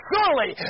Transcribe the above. Surely